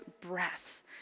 breath